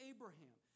Abraham